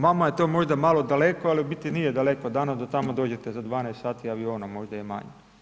Vama je to možda malo daleko ali u biti nije daleko, danas do tamo dođete za 12 sati avionom, možda i manje.